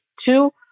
Two